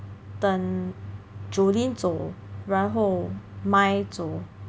等 Jolyne 走然后 Mai 走